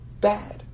bad